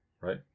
right